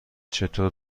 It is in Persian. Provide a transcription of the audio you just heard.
چطور